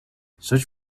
search